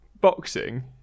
boxing